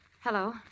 Hello